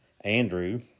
Andrew